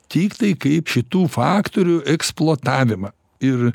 tiktai kaip šitų faktorių eksploatavimą ir